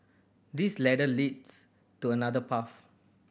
this ladder leads to another path